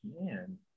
man